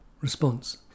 Response